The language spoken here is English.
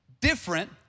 different